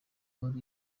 wari